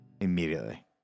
Immediately